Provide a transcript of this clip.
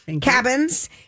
Cabins